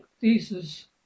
thesis